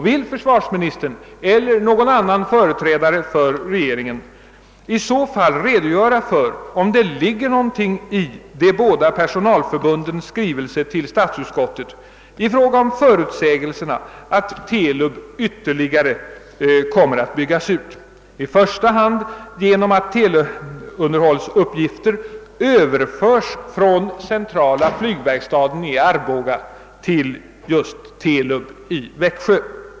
Vill försvarsministern eller någon annan företrädare för regeringen i så fall redogöra för, om det ligger någonting i de båda personalförbundens skrivelse till statsutskottet i fråga om förutsägelserna att TELUB ytterligare kommer att byggas ut, i första hand ge nom att teleunderhållsuppgifter överförs från centrala flygverkstaden i Arboga till just TELUB i Växjö?